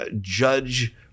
judge